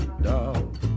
dog